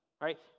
right